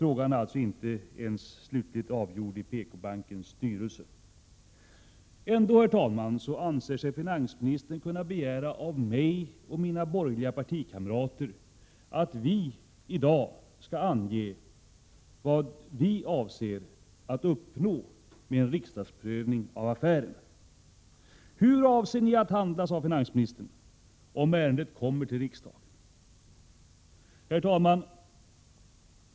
Frågan är alltså inte slutligt avgjord ens i bankens styrelse. Ändå, herr talman, anser sig finansministern kunna begära av mig och de borgerliga partiernas representanter att vi i dag skall ange vad vi avser att uppnå med en riksdagsprövning av affären. Hur avser ni att handla om ärendet kommer upp i riksdagen? frågade finansministern. Herr talman!